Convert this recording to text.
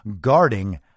guarding